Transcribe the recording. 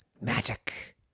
magic